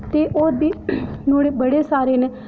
ते होर बी नुहाड़े बड़े सारे न